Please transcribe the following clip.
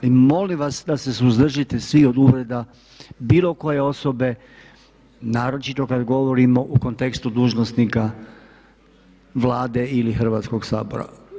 Molim vas da se suzdržite svi od uvreda bilo koje osobe, naročito kad govorimo u kontekstu dužnosnika Vlade ili Hrvatskog sabora.